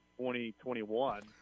2021